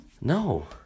No